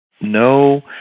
no